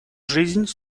жизнь